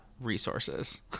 resources